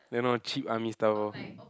then all cheap army stuff lor